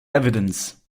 evidence